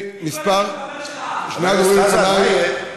חבר הכנסת חזן.